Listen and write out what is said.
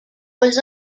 was